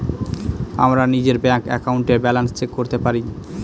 আমরা নিজের ব্যাঙ্ক একাউন্টে ব্যালান্স চেক করতে পারি